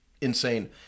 insane